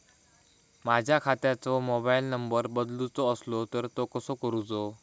माझ्या खात्याचो mobile number बदलुचो असलो तर तो कसो करूचो?